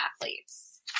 athletes